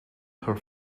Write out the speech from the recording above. her